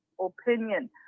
opinion